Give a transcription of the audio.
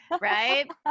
right